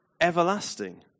everlasting